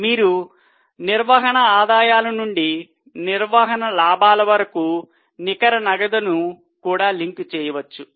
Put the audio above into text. మీరు నిర్వహణ ఆదాయాల నుండి నిర్వహణ లాభాల వరకు నికర నగదును కూడా లింక్ చేయవచ్చు